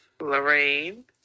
Lorraine